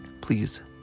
please